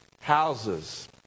houses